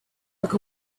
look